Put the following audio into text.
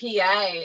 pa